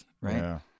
right